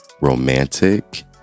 romantic